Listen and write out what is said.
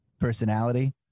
personality